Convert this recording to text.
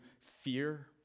fear